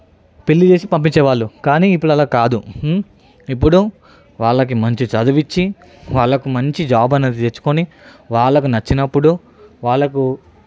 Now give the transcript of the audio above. పెళ్లి చేసి పంపించే వాళ్ళు కానీ ఇప్పుడు అలా కాదు ఇప్పుడు వాళ్లకి మంచి చదివించి వాళ్లకి మంచి జాబ్ అన్నది తెచ్చుకొని వాళ్లకు నచ్చినప్పుడు వాళ్లకు